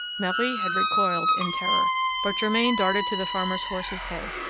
marie had recoiled in terror but germain darted to the farmer's horse's head,